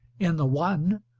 in the one,